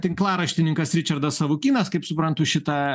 tinklaraštininkas ričardas savukynas kaip suprantu šitą